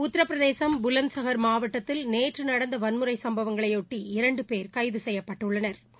உத்திரபிரதேசம் புலந்த்சஹர் மாவட்டத்தில் நேற்று நடந்த வன்முறை சுப்பவங்களைபொட்டி இரண்டு போ கைது செய்யப்பட்டுள்ளனா்